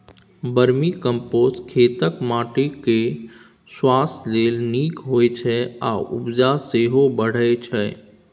vermicompost खेतक माटि केर स्वास्थ्य लेल नीक होइ छै आ उपजा सेहो बढ़य छै